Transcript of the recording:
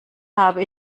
habe